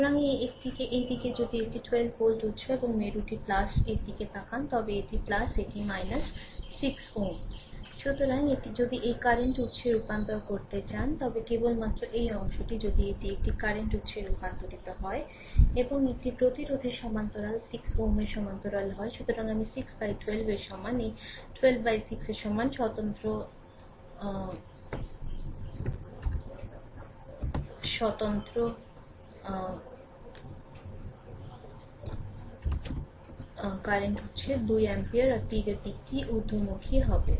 সুতরাং এই একটিকে এই দিকে যদি এটি 12 ভোল্ট উত্স এবং মেরুটি এর দিকে তাকান তবে এটি এটি 6 Ω সুতরাং যদি এটি কারেন্ট উত্সে রূপান্তর করতে চান তবে কেবলমাত্র এই অংশটি যদি এটি একটি কারেন্ট উত্সে রূপান্তরিত হয় এবং একটি প্রতিরোধের সমান্তরাল 6 Ω এর সমান্তরাল হয় সুতরাং আমি 6 12 এর সমান এই 12 6 এর সমান স্বতন্ত্র কারেন্ট উত্সের 2 এমপিয়ার আর তীরের দিকটি ঊর্ধ্বমুখী হবে